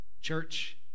church